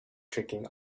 tricking